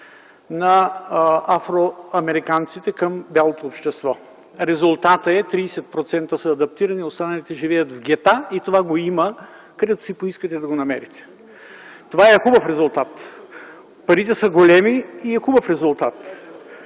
на афроамериканците към бялото общество. Резултатът е: 30% са адаптирани, останалите живеят в гета и това го има, където си поискате да го намерите. Това е хубав резултат. Парите са големи и е хубав резултат.